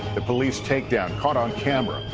the police takedown caught on camera.